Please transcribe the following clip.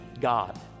God